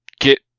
get